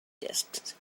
disks